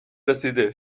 رسیده